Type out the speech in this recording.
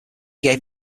gave